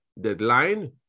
deadline